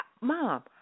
mom